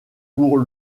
pour